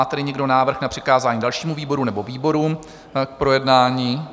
Má tedy někdo návrh na přikázání dalšímu výboru nebo výborům k projednání?